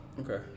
Okay